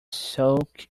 soak